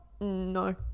No